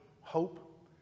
hope